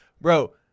bro